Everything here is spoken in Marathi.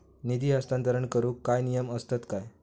निधी हस्तांतरण करूक काय नियम असतत काय?